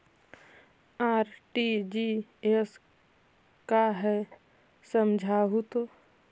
RTGS का है समझाहू तो?